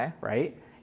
right